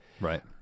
Right